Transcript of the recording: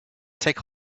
take